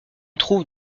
trouve